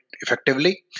effectively